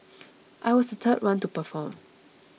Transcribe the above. I was the third one to perform